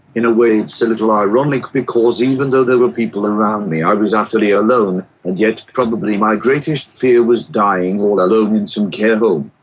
in a way it's a little ironic because even though there were people around me i was utterly alone, and yet probably my greatest fear was dying all alone in some care home.